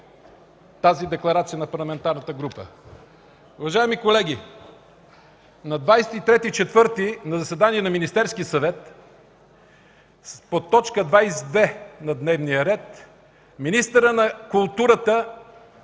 тази декларация на парламентарната група. Уважаеми колеги, на 23.04.2014 г. на заседание на Министерския съвет под точка 22 на дневния ред министърът на културата